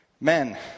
Men